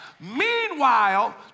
Meanwhile